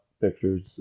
pictures